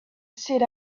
sit